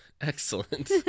Excellent